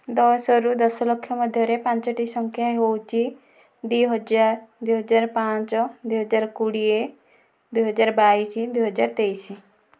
ଦଶରୁ ଦଶ ଲକ୍ଷ ମଧ୍ୟରେ ପାଞ୍ଚଟି ସଂଖ୍ୟା ହେଉଛି ଦୁଇ ହଜାର ଦୁଇ ହଜାର ପାଞ୍ଚ ଦୁଇ ହଜାର କୋଡ଼ିଏ ଦୁଇ ହଜାର ବାଇଶ ଦୁଇ ହଜାର ତେଇଶ